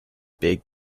big